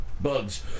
bugs